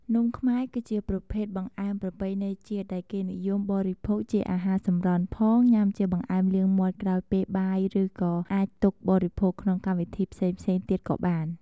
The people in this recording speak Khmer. នំខ្មែរ គឺជាប្រភេទបង្អែមប្រពៃណីជាតិដែលគេនិយមបរិភោគជាអាហារសម្រន់ផង ញ៉ាំជាបង្អែមលាងមាត់ក្រោយពេលបាយ ឬក៏អាចទុកបរិភោគក្នុងកម្មវិធីផ្សេងៗទៀតក៏បាន។